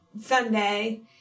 Sunday